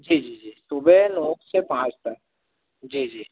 जी जी जी सुबह नौ से पाँच तक जी जी